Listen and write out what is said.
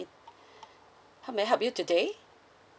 how may I help you today